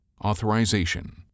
Authorization